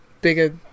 bigger